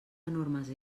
enormes